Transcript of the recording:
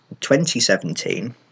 2017